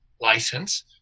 license